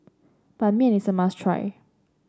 Ban Mian is a must try